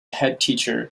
headteacher